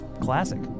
classic